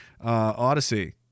Odyssey